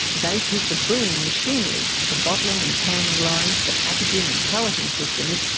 they keep the brewing machinery, the bottling and canning lines, the packaging and palleting systems,